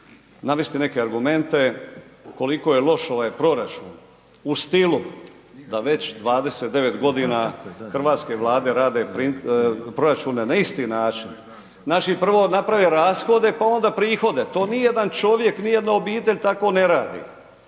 navesti neke argumente koliko je loš ovaj proračun u stilu da već 29 godina hrvatske vlade rade proračune na isti način. Naši prvo naprave rashode pa onda prihode, to nijedan čovjek, nijedna obitelj tako ne radi.